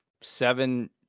seven